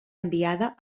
enviada